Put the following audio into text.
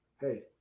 hey